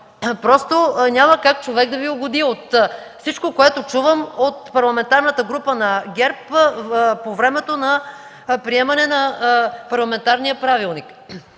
Няма как човек да Ви угоди – от всичко, което чувам от Парламентарната група на ГЕРБ, по времето на приемането на парламентарния правилник.